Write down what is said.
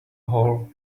hole